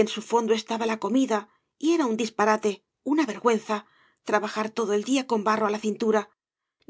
en su fondo estaba la comida y era un disparate una vergü mza trabajar iodo el día coa barro á la cintura